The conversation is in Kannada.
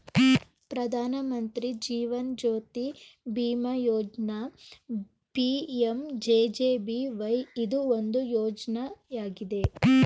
ಪ್ರಧಾನ ಮಂತ್ರಿ ಜೀವನ್ ಜ್ಯೋತಿ ಬಿಮಾ ಯೋಜ್ನ ಪಿ.ಎಂ.ಜೆ.ಜೆ.ಬಿ.ವೈ ಇದು ಒಂದು ಯೋಜ್ನಯಾಗಿದೆ